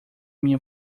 minha